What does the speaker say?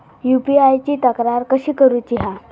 UPI ची तक्रार कशी करुची हा?